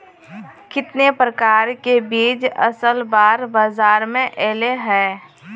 कितने प्रकार के बीज असल बार बाजार में ऐले है?